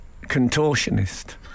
contortionist